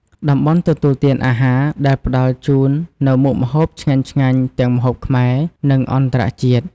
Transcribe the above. តំបន់ទទួលទានអាហារ ដែលផ្តល់ជូននូវមុខម្ហូបឆ្ងាញ់ៗ ទាំងម្ហូបខ្មែរ និងអន្តរជាតិ។